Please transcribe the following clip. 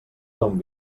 ton